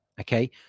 Okay